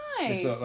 nice